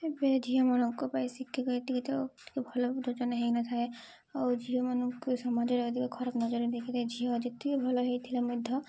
ଏବେ ଝିଅମାନଙ୍କ ପାଇଁ ଶିକ୍ଷିତ ଏତିକିତ ଟିକେ ଭଲ ଯୋଜନା ହେଇନଥାଏ ଆଉ ଝିଅମାନଙ୍କୁ ସମାଜରେ ଅଧିକ ଖରାପ ନଜର ଦେଖିଥାଏ ଝିଅ ଯେତିକି ଭଲ ହେଇଥିଲେ ମଧ୍ୟ